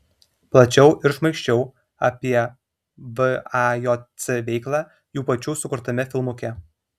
plačiau ir šmaikščiau apie vajc veiklą jų pačių sukurtame filmuke